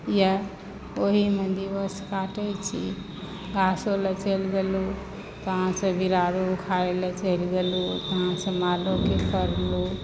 इएह ओहिमे जीवन काटै छी घासो लऽ चलि गेलहुँ कहुॅंसॅं बिरारो उखारय लए चलि गेलहुँ कहुॅं से मालोके कयलहुॅं